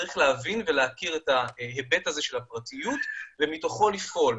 צריך להבין ולהכיר את ההיבט הזה של הפרטיות ומתוכו לפעול,